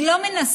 היא לא מנסה